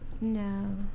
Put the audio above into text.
No